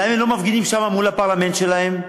למה הם לא מפגינים שם, מול הפרלמנט שלהם?